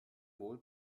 wohl